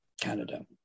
Canada